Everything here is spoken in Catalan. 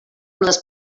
les